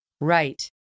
right